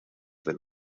del